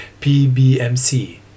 PBMC